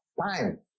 time